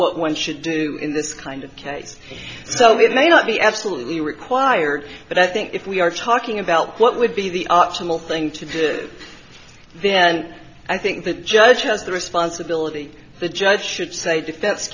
what one should do in this kind of case so we may not be absolutely required but i think if we are talking about what would be the optimal thing to do then i think the judge has the responsibility the judge should say defense